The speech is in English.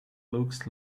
looks